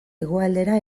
hegoaldera